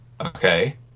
Okay